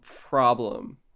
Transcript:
problem